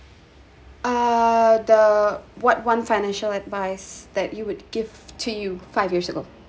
uh the what one financial advice that you would give to you five years ago